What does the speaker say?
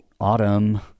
autumn